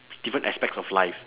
different aspects of life